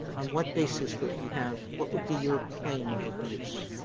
on what basis would he have what would be your claim of abuse